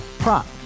Prop